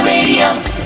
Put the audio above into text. Radio